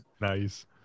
nice